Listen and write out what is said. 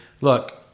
look